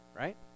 right